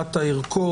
שמירת הערכות.